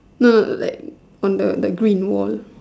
no no like on the the green wall